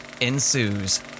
ensues